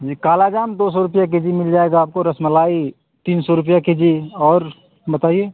जी काला जाम दो सौ रुपया के जी मिल जाएगा आपको रसमलाई तीन सौ रुपये के जी और बताइए